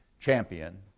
champion